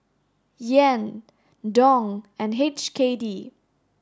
Yen Dong and H K D